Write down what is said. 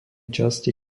časti